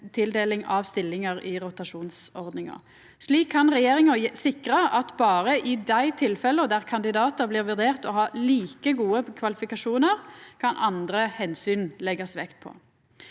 Slik kan regjeringa sikra at berre i dei tilfella der kandidatar blir vurdert å ha like gode kvalifikasjonar, kan andre omsyn leggjast vekt på.